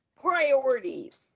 Priorities